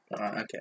okay